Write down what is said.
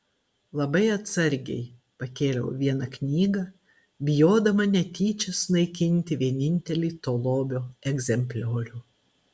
labai atsargiai pakėliau vieną knygą bijodama netyčia sunaikinti vienintelį to lobio egzempliorių